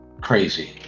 crazy